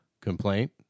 complaint